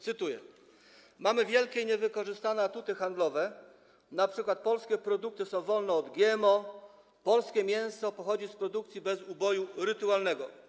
Cytuję: Mamy wielkie niewykorzystane atuty handlowe, np. polskie produkty są wolne od GMO, polskie mięso pochodzi z produkcji bez uboju rytualnego.